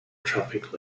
traffic